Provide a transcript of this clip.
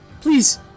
please